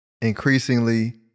increasingly